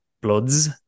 bloods